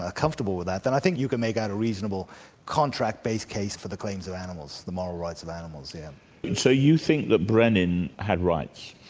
ah comfortable with that, then i think you can make out a reasonable contract-based case for the claims of animals, the moral rights of animals, yes. yeah and so you think that brenin had rights?